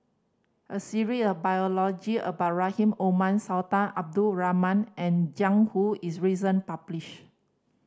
a of biology about Rahim Omar Sultan Abdul Rahman and Jiang Hu is recent publish